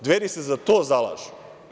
Dveri se za to zalažu.